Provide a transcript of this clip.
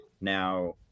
Now